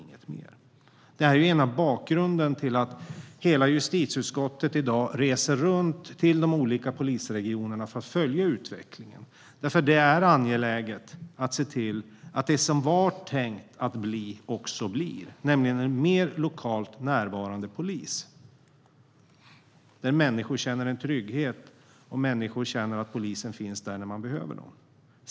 Detta är bakgrunden till att justitieutskottet reser runt till de olika polisregionerna. Det är angeläget att vi ser till att det som var tänkt att bli också blir: en mer lokalt närvarande polis. Människor ska känna trygghet och veta att polisen finns där när de behöver den.